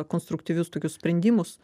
konstruktyvius tokius sprendimus